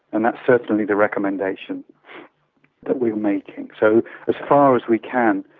and that's certainly the recommendation that we are making. so as far as we can,